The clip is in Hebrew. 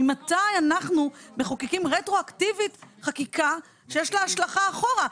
ממתי אנחנו מחוקקים רטרואקטיבית חקיקה שיש לה השלכה אחורה?